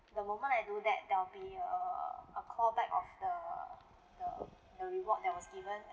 the moment I do that there'll be a a call back of the the the reward that was given